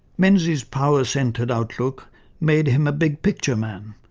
menzies' power-centred outlook made him a big picture man,